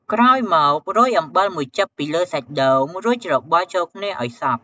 ក្រោយមក រោយ អំបិលមួយចិប ពីលើសាច់ដូង រួចច្របល់ចូលគ្នាឱ្យសព្វ។